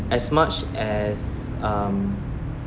as much as um